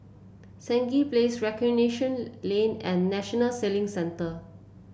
Stangee Place Recreation Lane and National Sailing Centre